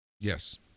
yes